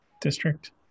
district